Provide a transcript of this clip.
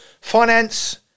finance